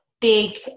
big